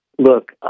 Look